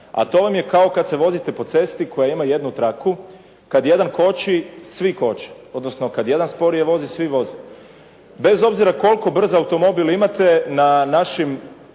A to vam je kao kad se vozite po cesti koja ima jednu traku. Kad jedan koči, svi koče, odnosno kad jedan sporije vozi svi voze. Bez obzira koliko brz automobil imate, na našim